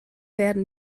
werden